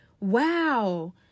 Wow